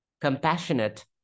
compassionate